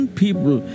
people